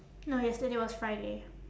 no yesterday was friday